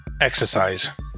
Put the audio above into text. Exercise